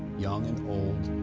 young and old,